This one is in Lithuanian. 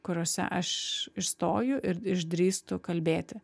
kuriose aš išstoju ir išdrįstu kalbėti